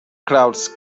clouds